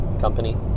company